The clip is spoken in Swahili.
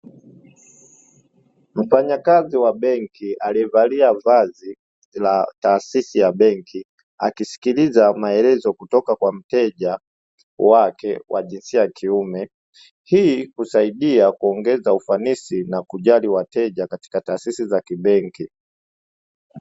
Mfanyakazi wa benki aliyevalia vazi la taasisi ya benki akisikiliza maelezo kutoka kwa mteja wake wa jinsi ya kiume, hii husaidia kuongeza ufanisi na kujali wateja katika taasisi za kibenki.